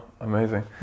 amazing